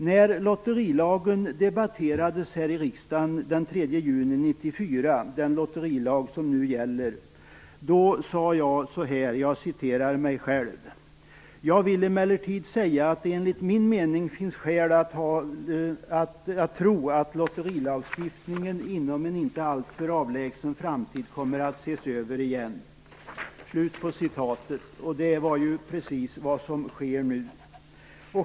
När lotterilagen, den lotterilag som nu gäller, debatterades här i riksdagen den 3 juni 1994, sade jag, och jag citerar mig själv: "Jag vill emellertid säga att det enligt min mening finns skäl att tro att lotterilagstiftningen inom en inte alltför avlägsen framtid kommer att ses över igen." Det är precis vad som sker nu.